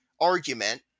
argument